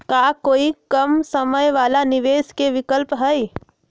का कोई कम समय वाला निवेस के विकल्प हई?